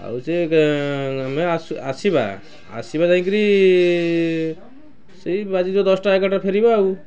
ଆଉ ସେ ଆମେ ଆସିବା ଆସିବା ଯାଇକିରି ସେଇ ବାଜି ଯିବ ଦଶଟା ଏଗାରଟା ଫେରିବା ଆଉ